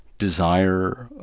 desire,